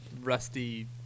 rusty